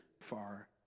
far